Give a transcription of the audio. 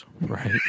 Right